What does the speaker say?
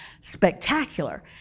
spectacular